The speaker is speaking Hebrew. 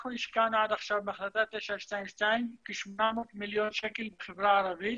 אנחנו השקענו עד עכשיו בהחלטה 922 כ-700 מיליון שקל בחברה הערבית